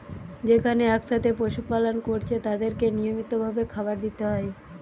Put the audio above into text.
যেখানে একসাথে পশু পালন কোরছে তাদেরকে নিয়মিত ভাবে খাবার দিতে হয়